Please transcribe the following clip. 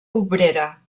obrera